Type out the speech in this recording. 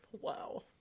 Wow